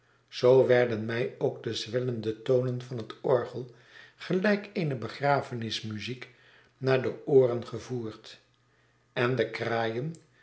zoo werden mij ook de zwellende tonen van het orgel gelijk eene begrafenismuziek naar de ooren gevoerd en de kraaien